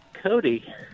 Cody